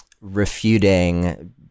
refuting